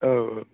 औ औ